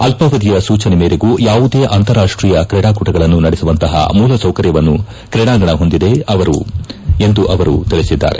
ಅಲ್ವಾವಧಿಯ ಸೂಚನೆ ಮೇಗೂ ಯಾವುದೇ ಅಂತಾರಾಷ್ಟೀಯ ಕ್ರೀಡಾಕೂಟಗಳನ್ನು ನಡೆಸುವಂತಪ ಮೂಲಸೌಕರ್ತವನ್ನು ಕ್ರೀಡಾಂಗಣ ಹೊಂದಿದೆ ಎಂದು ಅವರು ತಿಳಿಸಿದ್ದಾರೆ